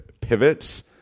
pivots